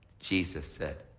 jesus said,